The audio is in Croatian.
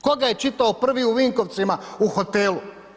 Ko ga je čitao prvi u Vinkovcima u hotelu?